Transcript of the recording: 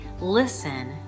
listen